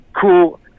cool